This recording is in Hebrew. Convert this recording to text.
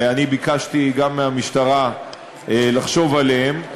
ואני ביקשתי גם מהמשטרה לחשוב עליהן,